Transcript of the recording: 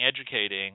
educating